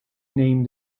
name